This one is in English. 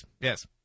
yes